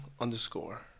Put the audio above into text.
underscore